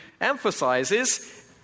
emphasizes